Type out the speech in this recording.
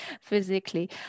physically